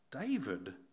David